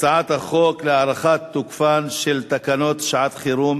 הצעת חוק להארכת תוקפן של תקנות שעת-חירום